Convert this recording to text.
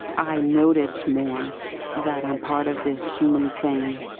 i notice more that i'm part of this human thing,